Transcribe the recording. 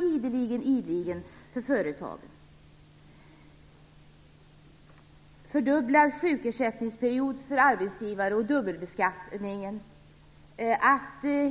ideligen åt tumskruvar för företagen. Man inför fördubblad sjukersättningsperiod för arbetsgivare och dubbelbeskattning.